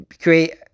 create